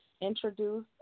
Introduce